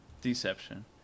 Deception